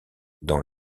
dans